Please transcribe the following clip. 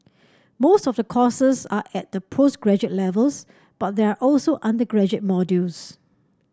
most of the courses are at the postgraduate levels but there are also undergraduate modules